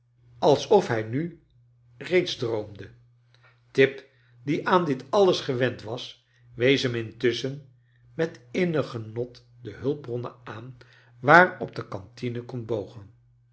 alsof hij nu reeds droomde tip die aan dit alles gewend was wees hem intusschen met innig genot de hulpbronnen aan waarop de cantine kon bogen